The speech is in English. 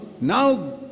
now